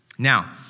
Now